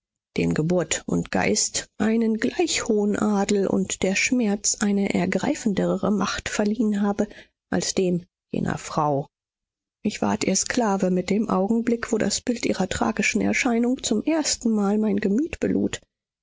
dem geburt und geist einen gleich hohen adel und der schmerz eine ergreifendere macht verliehen haben als dem jener frau ich ward ihr sklave mit dem augenblick wo das bild ihrer tragischen erscheinung zum erstenmal mein gemüt